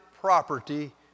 property